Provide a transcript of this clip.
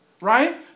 right